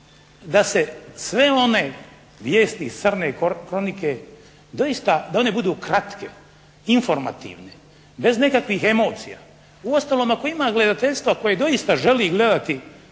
da se sve one vijesti iz same kronike doista da one budu kratke, informativne, bez nekakvih emocija. Uostalom, ako ima gledateljstva koji doista želi gledati